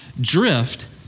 drift